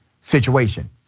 situation